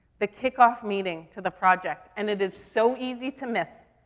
the kick off meeting to the project. and it is so easy to miss.